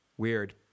Weird